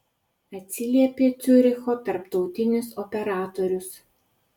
atsiliepė ciuricho tarptautinis operatorius